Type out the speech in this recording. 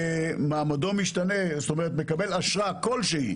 ומעמדו משתנה, כלומר הוא מקבל אשרה כלשהי